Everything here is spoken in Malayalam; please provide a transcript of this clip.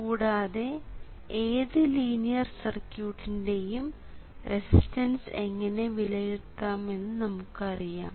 കൂടാതെ ഏത് ലീനിയർ സർക്യൂട്ടിന്റെയും റെസിസ്റ്റൻസ് എങ്ങനെ വിലയിരുത്താമെന്ന് നമുക്കറിയാം